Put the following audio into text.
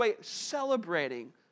celebrating